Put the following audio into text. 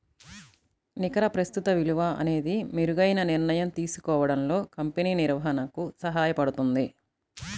నికర ప్రస్తుత విలువ అనేది మెరుగైన నిర్ణయం తీసుకోవడంలో కంపెనీ నిర్వహణకు సహాయపడుతుంది